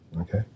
Okay